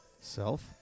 Self